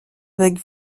avec